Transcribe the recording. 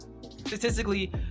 statistically